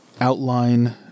outline